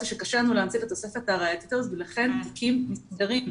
שקשה לנו להמציא את התוספת הראייתית הזאת ולכן תיקים נסגרים,